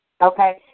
Okay